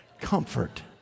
Comfort